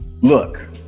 Look